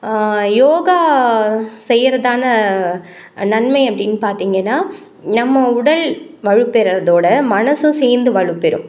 யோகா செய்கிறதால நன்மை அப்படினு பார்த்திங்கன்னா நம்ம உடல் வலு பெறதோட மனசும் சேர்ந்து வலு பெரும்